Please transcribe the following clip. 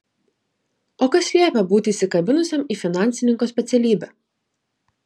o kas liepia būti įsikabinusiam į finansininko specialybę